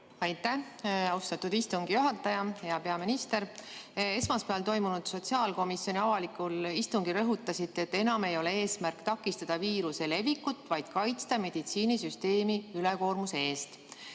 Aitäh, austatud istungi juhataja! Hea peaminister! Esmaspäeval toimunud sotsiaalkomisjoni avalikul istungil rõhutasite, et enam ei ole eesmärk takistada viiruse levikut, vaid kaitsta meditsiinisüsteemi ülekoormuse eest.